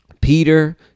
Peter